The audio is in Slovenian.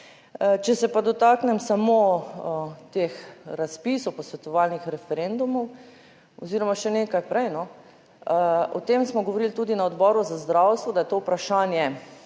če se pa dotaknem samo teh razpisov posvetovalnih referendumov oziroma še nekaj prej, no, o tem smo govorili tudi na Odboru za zdravstvo, da je to vprašanje